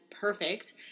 perfect